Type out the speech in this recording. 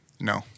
No